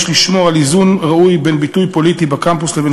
יש לשמור על איזון ראוי בין ביטוי פוליטי בקמפוס לבין